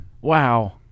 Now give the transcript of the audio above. Wow